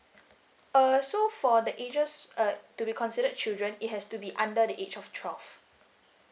uh so for the ages uh to be considered children it has to be under the age of twelve